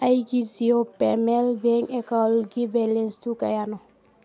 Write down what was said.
ꯑꯩꯒꯤ Jio payment bank ꯑꯦꯛꯀꯥꯎꯟꯒꯤ ꯕꯦꯂꯦꯟꯁꯇꯨ ꯀꯌꯥꯅꯣ